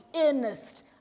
Ernest